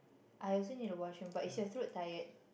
I also need the washroom but is your throat tired